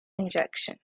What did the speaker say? injection